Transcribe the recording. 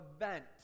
event